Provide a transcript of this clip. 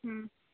હ